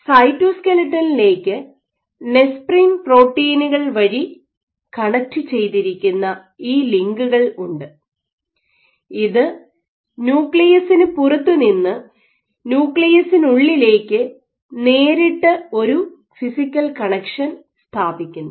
സൈറ്റോസ്കെലട്ടനിലേക്ക് നെസ്പ്രിൻ പ്രോട്ടീനുകൾ വഴി കണക്റ്റ് ചെയ്തിരിക്കുന്ന ഈ ലിങ്കുകൾ ഉണ്ട് ഇത് ന്യൂക്ലിയസിന് പുറത്തുനിന്ന് ന്യൂക്ലിയസിനുള്ളിലേക്ക് നേരിട്ട് ഒരു ഫിസിക്കൽ കണക്ഷൻ സ്ഥാപിക്കുന്നു